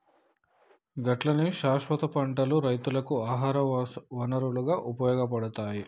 గట్లనే శాస్వత పంటలు రైతుకు ఆహార వనరుగా ఉపయోగపడతాయి